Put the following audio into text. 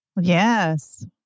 Yes